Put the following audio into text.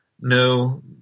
no